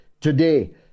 today